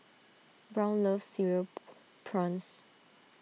Brown loves Cereal Prawns